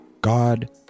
god